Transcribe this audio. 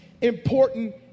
important